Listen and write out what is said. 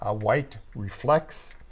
ah white reflects.